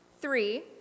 Three